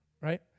right